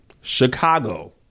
Chicago